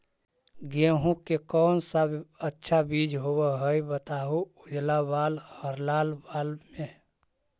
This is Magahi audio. गेहूं के कौन सा अच्छा बीज होव है बताहू, उजला बाल हरलाल बाल में?